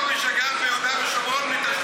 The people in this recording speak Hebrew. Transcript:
מי שגר ביהודה ושומרון מתשלום על הקרקע.